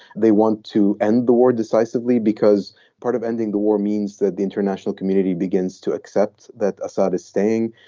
they want to end the war decisively because part of ending the war means that the international community begins to accept that assad is staying,